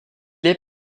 est